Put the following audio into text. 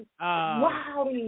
Wow